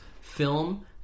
film